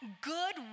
good